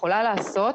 יכולה לעשות.